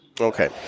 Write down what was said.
Okay